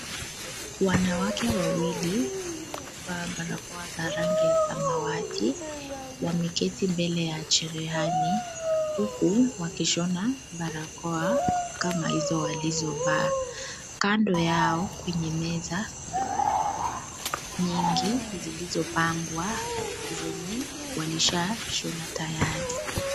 Wanawake wawili wamevaa barakoa za rangi ya samawati wameketi mbele ya cherehani huku wakishona barakoa kama hizo walizovaa, Kando yao kwenye meza kuna barakoa nyingi zilizopangwa zenye walisha Shona tayari.